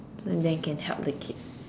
so and then I can help the kid